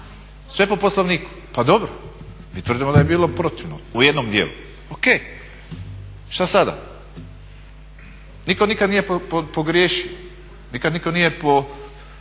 sve po Poslovniku, pa dobro. Mi tvrdimo da je bilo protivno u jednom dijelu o.k. Šta sada? Nitko nikada nije pogriješio, nikad nitko nije postupio